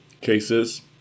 cases